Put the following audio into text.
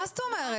מה זאת אומרת?